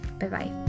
Bye-bye